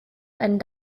einen